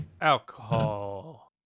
Alcohol